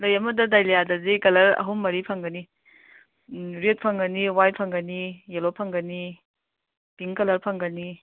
ꯂꯩ ꯑꯃꯗ ꯗꯥꯏꯂꯤꯌꯥꯗꯗꯤ ꯀꯂꯔ ꯑꯍꯨꯝ ꯃꯔꯤ ꯐꯪꯒꯅꯤ ꯎꯝ ꯔꯦꯗ ꯐꯪꯒꯅꯤ ꯋꯥꯏꯠ ꯐꯪꯒꯅꯤ ꯌꯦꯜꯂꯣ ꯐꯪꯒꯅꯤ ꯄꯤꯡ ꯀꯂꯔ ꯐꯪꯒꯅꯤ